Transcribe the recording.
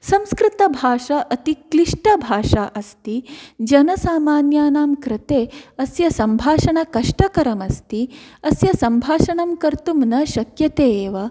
संस्कृतभाषा अतिक्लिष्टभाषा अस्ति जनसामान्यानां कृते अस्य सम्भाषणं कष्टकरमस्ति अस्य सम्भाषणं कर्तुं न शक्यते एव